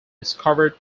discovered